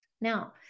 Now